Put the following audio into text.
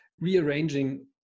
rearranging